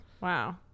Wow